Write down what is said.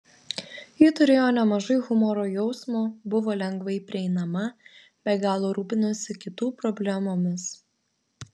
ji turėjo nemažai humoro jausmo buvo lengvai prieinama be galo rūpinosi kitų problemomis